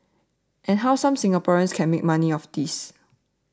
and how some Singaporeans can make money off this